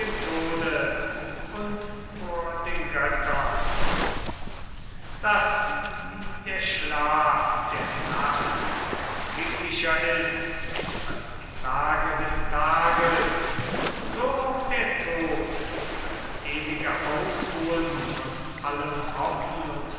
und vor den göttern daß wie der schlaf der nacht erquicklicher ist als die plage des tages so auch der tod das ewige ausruhen von allem hoffen und